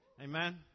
Amen